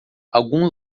algum